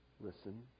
Listen